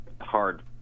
hard